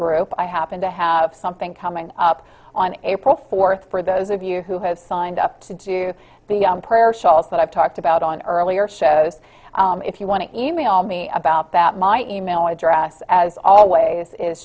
group i happen to have something coming up on april fourth for those of you who have signed up to do the prayer shawls that i've talked about on earlier shows if you want to email me about that my email address as always is